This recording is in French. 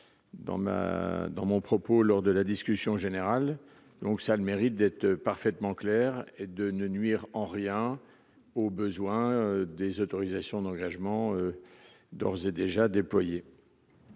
dans mon propos lors de la discussion générale, donc ça a le mérite d'être parfaitement clair et de ne nuire en rien aux besoins des autorisations d'engagement, d'ores et déjà déployés.